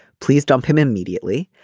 please dump him immediately.